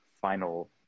final